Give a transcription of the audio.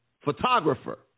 photographer